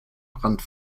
brand